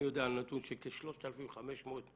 אני יודע על נתון של כ-3,500 ניסיונות.